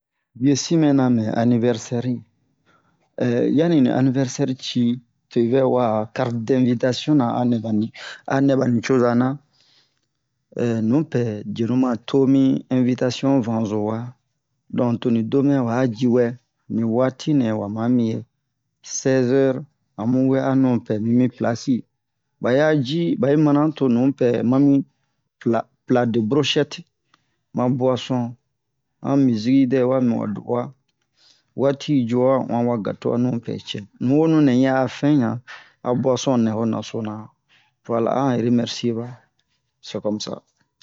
bio simɛ namɛ anniversaire ri yani ni anniversaire ci tu invɛ wa'a carte d'invitation na anɛ bani anɛ bani coza na nupɛ jenu matomi invitation vanzo wa don toni domɛ wa'a jiwɛ ni watinɛ wama miyɛ seize heure amuwe anupɛ mimi place si baya ji ba'i mana tonupɛ mami plat plat de brochette ma boisson ayan music dɛwa miwa do'uwa wati'i ju awa uwan wa gateau anupɛ cɛ nuwonu nɛ'i a fin yan a boisson nɛho nasona voila an remercier ba c'est comme ça